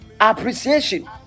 appreciation